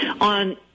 on